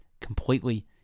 completely